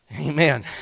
Amen